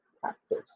practice